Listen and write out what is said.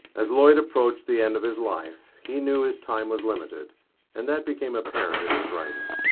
as lloyd approached the end of his life he knew his time was limited and that became apparent in his writing.